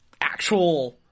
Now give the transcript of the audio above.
actual